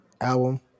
album